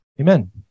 Amen